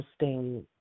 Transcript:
interesting